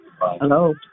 Hello